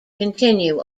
continue